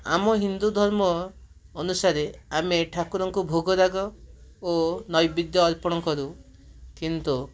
ଆମ ହିନ୍ଦୁଧର୍ମ ଅନୁସାରେ ଆମେ ଠାକୁରଙ୍କୁ ଭୋଗରାଗ ଓ ନୈବିଦ୍ୟ ଅର୍ପଣ କରୁ କିନ୍ତୁ